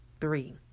three